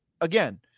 again